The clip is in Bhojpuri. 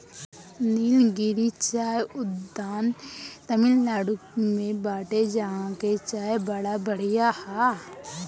निलगिरी चाय उद्यान तमिनाडु में बाटे जहां के चाय बड़ा बढ़िया हअ